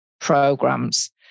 programs